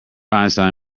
einstein